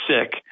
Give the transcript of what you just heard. sick